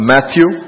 Matthew